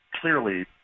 clearly